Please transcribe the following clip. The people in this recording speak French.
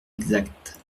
exact